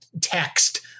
text